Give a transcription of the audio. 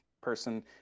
person